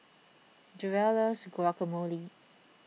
Durell loves Guacamole